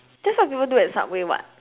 that's what people do at subway [what]